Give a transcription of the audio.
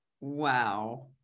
Wow